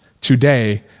today